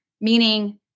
Meaning